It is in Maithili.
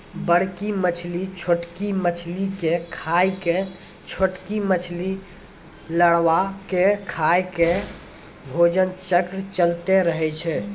बड़की मछली छोटकी मछली के खाय के, छोटकी मछली लारवा के खाय के भोजन चक्र चलैतें रहै छै